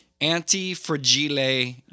anti-fragile